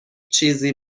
چیزی